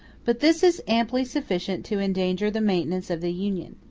but this is amply sufficient to endanger the maintenance of the union.